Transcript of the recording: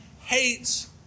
hates